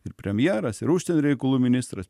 ir premjeras ir užsienio reikalų ministras